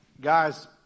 guys